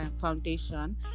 Foundation